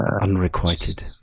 unrequited